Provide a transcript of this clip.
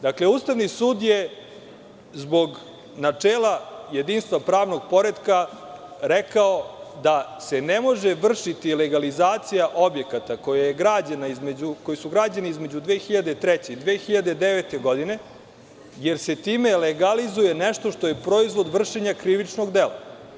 Dakle, Ustavni sud je zbog načela jedinstva pravnog poretka rekao da se ne može vršiti legalizacija objekata koji su građeni između 2003. godine i 2009. godine, jer se time legalizuje nešto što je proizvod vršenja krivičnog dela.